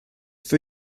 für